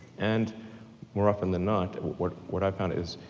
and more often than not what what i've found is